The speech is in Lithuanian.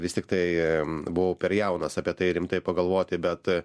vis tiktai buvo per jaunas apie tai rimtai pagalvoti bet